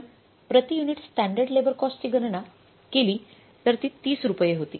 आपण प्रति unit standard labour कॉस्टची गणना केली तर ती 30 रुपये होती